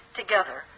together